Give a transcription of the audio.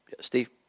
Steve